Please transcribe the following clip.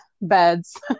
beds